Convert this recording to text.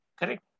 Correct